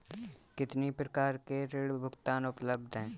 कितनी प्रकार के ऋण भुगतान उपलब्ध हैं?